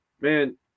man